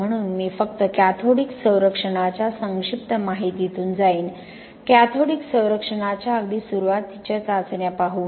म्हणून मी फक्त कॅथोडिक संरक्षणाच्या संक्षिप्त माहितीतून जाईन कॅथोडिक संरक्षणाच्या अगदी सुरुवातीच्या चाचण्या पाहू